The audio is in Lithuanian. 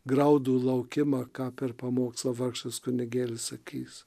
graudų laukimą ką per pamokslą vargšas kunigėlis sakys